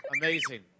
Amazing